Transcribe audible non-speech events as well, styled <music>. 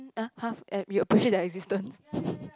uh uh eh you'll appreciate their existence <breath>